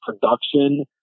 production